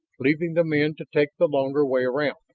leaving the men to take the longer way around.